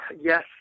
yes